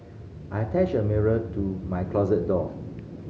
I attached a mirror to my closet door